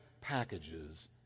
packages